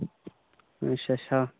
अच्छा अच्छा